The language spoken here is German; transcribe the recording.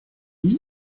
die